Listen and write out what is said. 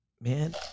Man